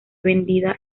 vendida